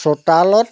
চোতালত